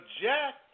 jack